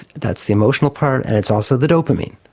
that's the emotional part at it's also the dopamine.